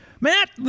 Matt